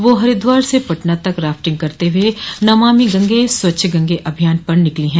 वह हरिद्वार से पटना तक राफ्टिंग करते हुए नमामि गंगे स्वच्छ गंगे अभियान पर निकली हैं